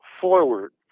forward